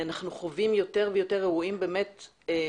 אנחנו חווים יותר ויותר אירועים קצרים